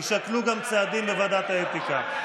יישקלו גם צעדים בוועדת האתיקה.